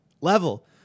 level